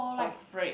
afraid